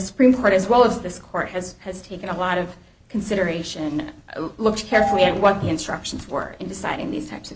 supreme court as well as this court has has taken a lot of consideration looks carefully at what the instructions were in deciding these types of